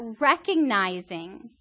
recognizing